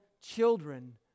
children